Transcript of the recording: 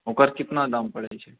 ओकर कितना दाम पड़ैत छै